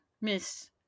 Miss